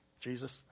Jesus